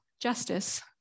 justice